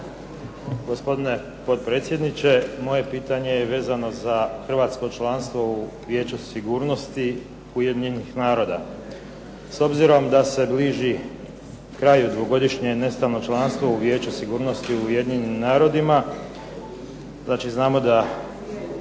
hrvatsko članstvo u Vijeću sigurnosti Ujedinjenih naroda.